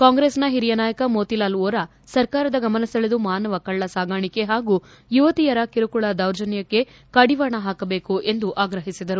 ಕಾಂಗ್ರೆಸ್ನ ಹಿರಿಯ ನಾಯಕ ಮೋತಿಲಾಲ್ ವೋರಾ ಸರ್ಕಾರದ ಗಮನ ಸೆಳೆದು ಮಾನವ ಕಳ್ಳ ಸಾಗಾಣಿಕೆ ಹಾಗೂ ಯುವತಿಯರ ಕಿರುಕುಳ ದೌರ್ಜನ್ಯಕ್ಷೆ ಕಡಿವಾಣ ಹಾಕಬೇಕು ಎಂದು ಆಗ್ರಹಿಸಿದರು